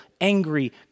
angry